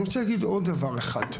אני רוצה להגיד עוד דבר אחד,